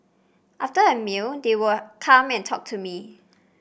after a meal they would come and talk to me